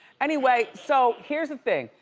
anyway, so here's the thing,